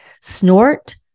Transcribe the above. snort